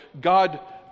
God